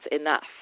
enough